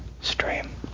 stream